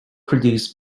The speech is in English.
produced